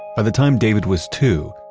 by the time david was two,